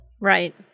Right